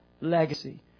legacy